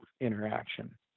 interaction